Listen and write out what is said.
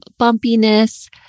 bumpiness